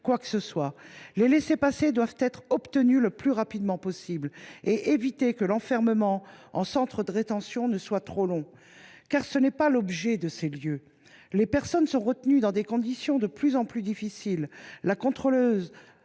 permanentes. Les laissez passer doivent être obtenus le plus rapidement possible ; il faut éviter que l’enfermement en centre de rétention ne soit trop long, car ce n’est pas l’objet de ces lieux. Les personnes sont retenues dans des conditions de plus en plus difficiles. Le Contrôleur